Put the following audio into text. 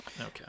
Okay